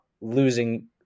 losing